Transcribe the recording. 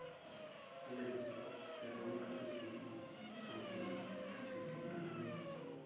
ᱟᱞᱮ ᱫᱚ ᱠᱷᱮᱨᱣᱟᱞ ᱜᱷᱟᱨᱚᱸᱡᱽ ᱨᱮᱱ ᱥᱟᱱᱛᱟᱲ ᱡᱟᱹᱛᱤ ᱠᱟᱱᱟᱞᱮ